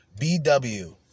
BW